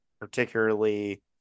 particularly